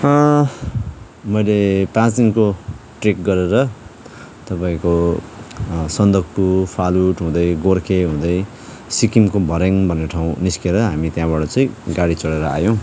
मैले पाँच दिनको ट्रेक गरेर तपाईँको सन्दकफू फालुट हुँदै गोर्खे हुँदै सिक्किमको भर्याङ भन्ने ठाउँ निस्केर हामी त्यहाँबाट चाहिँ गाडी चढेर आयौँ